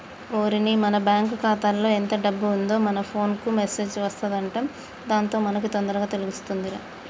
ఓరిని మన బ్యాంకు ఖాతాలో ఎంత డబ్బు ఉందో మన ఫోన్ కు మెసేజ్ అత్తదంట దాంతో మనకి తొందరగా తెలుతుందిరా